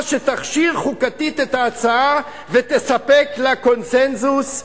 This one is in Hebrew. שתכשיר חוקתית את ההצעה ותספק לה קונסנזוס,